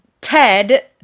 ted